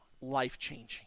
life-changing